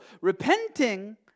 Repenting